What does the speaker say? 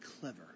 clever